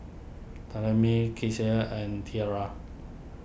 Thalami and Tierra